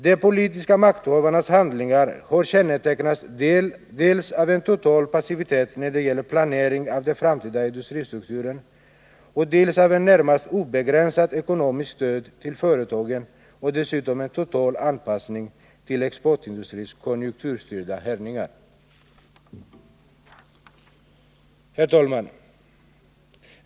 De politiska makthavarnas handlingar har kännetecknats dels av en total passivitet när det gällt planering av den framtida industristrukturen, dels av ett närmast obegränsat ekonomiskt stöd till företagen och dessutom av en total anpassning till exportindustrins konjunkturstyrda härjningar. Herr talman!